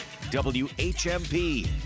WHMP